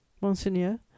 Monseigneur